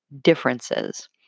differences